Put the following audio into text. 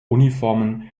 uniformen